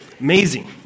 Amazing